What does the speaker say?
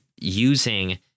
using